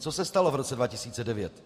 Co se stalo v roce 2009?